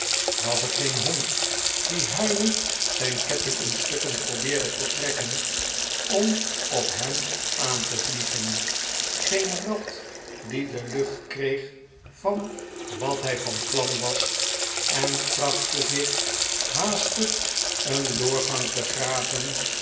was er geen hond die huilend zijn ketting in stukken probeerde te trekken om op hem aan te vliegen geen rat die de lucht kreeg van wat hij van plan was en trachtte zich haastig een doorgang te graven